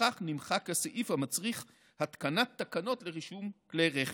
ולפיכך נמחק הסעיף המצריך התקנת תקנות לרישום כלי רכב.